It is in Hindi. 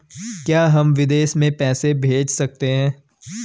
क्या हम विदेश में पैसे भेज सकते हैं?